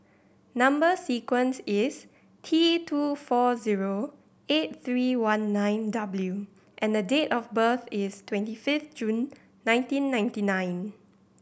number sequence is T two four zero eight three one nine W and date of birth is twenty fifth June nineteen ninety nine